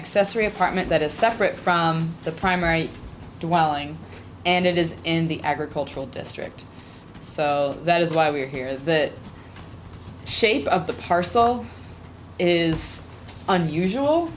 accessory apartment that is separate from the primary dwelling and it is in the agricultural district so that is why we are here the shape of the parcel is unusual